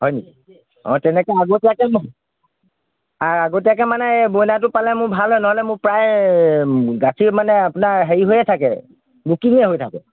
হয় নেকি অঁ তেনেকৈ আগতীয়াকৈ আগতীয়াকৈ মানে এই বইলাৰটো পালে মোৰ ভাল হয় নহ'লে মোৰ প্ৰায়ে গাখীৰ মানে আপোনাৰ হেৰি হৈয়ে থাকে নতুনে হৈ থাকে